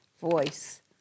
voice